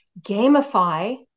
Gamify